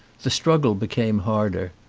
the struggle became harder.